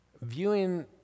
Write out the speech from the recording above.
viewing